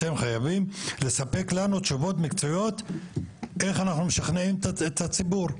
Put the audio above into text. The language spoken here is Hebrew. אתם חייבים לספק לנו תשובות מקצועיות איך אנחנו משכנעים את הציבור.